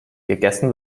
gegessen